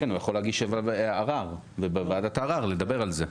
כן, הוא יכול להגיש ערר ובוועדת ערר לדבר על זה.